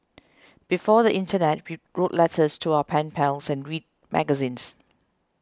before the internet we wrote letters to our pen pals and read magazines